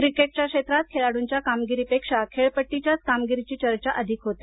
क्रिकेटच्या क्षेत्रात खेळाडूंच्या कामगिरीपेक्षा खेळपट्टीच्या कामगिरीचीच चर्चा अधिक होते